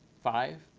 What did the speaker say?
five,